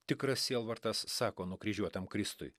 tikras sielvartas sako nukryžiuotam kristui